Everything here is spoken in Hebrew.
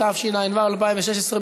התשע"ו 2016,